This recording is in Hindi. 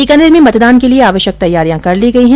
बीकानेर में मतदान के लिये आवश्यक तैयारियां कर ली गई है